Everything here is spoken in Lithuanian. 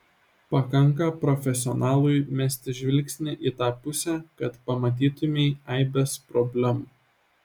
pakanka profesionalui mesti žvilgsnį į tą pusę kad pamatytumei aibes problemų